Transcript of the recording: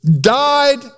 died